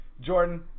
Jordan